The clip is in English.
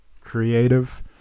Creative